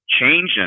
changing